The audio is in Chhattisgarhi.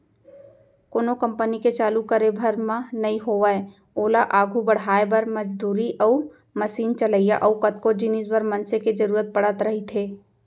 कोनो कंपनी के चालू करे भर म नइ होवय ओला आघू बड़हाय बर, मजदूरी अउ मसीन चलइया अउ कतको जिनिस बर मनसे के जरुरत पड़त रहिथे